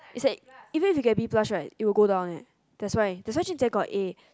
is like even if you get B plus right it will go down one eh that's why that's jun-jie got A